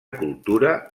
cultura